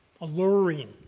alluring